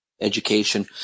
education